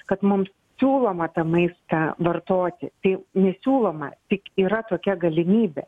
kad mums siūloma tą maistą vartoti tai nesiūloma tik yra tokia galimybė